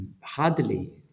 hardly